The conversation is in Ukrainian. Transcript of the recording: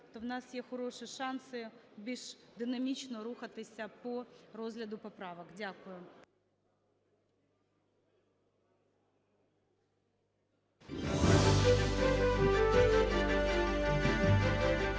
то в нас хороші шанси більш динамічно рухатися по розгляду поправок. Дякую.